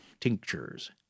tinctures